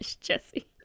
Jesse